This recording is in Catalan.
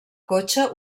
cotxe